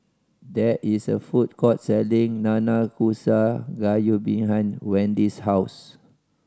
there is a food court selling Nanakusa Gayu behind Wendy's house